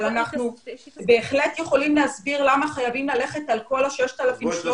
אבל אנחנו בהחלט יכולים להסביר למה חייבים ללכת על כל ה-6,300